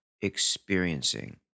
experiencing